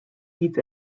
hitz